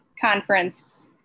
conference